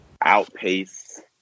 outpace